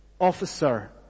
officer